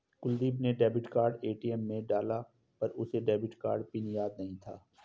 कुलदीप ने debit card ATM में डाला पर उसे डेबिट कार्ड पिन याद नहीं था